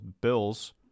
Bills